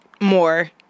more